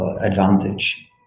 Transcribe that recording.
advantage